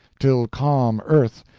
till calm earth,